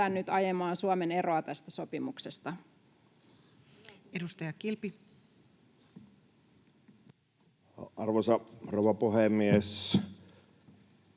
ajamaan Suomen eroa tästä sopimuksesta. Edustaja Kilpi. Arvoisa rouva puhemies!